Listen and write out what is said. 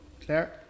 Claire